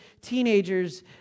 teenagers